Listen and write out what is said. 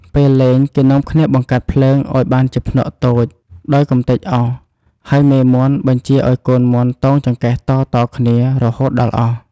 ពេលលេង គេនាំគ្នាបង្កាត់ភ្លើងឲ្យបានជាភ្នក់តូច ដោយកំទេចអុស ហើយមេមាន់បញ្ជាឲ្យកូនមាន់តោងចង្កេះតៗគ្នា រហូតដល់អស់់។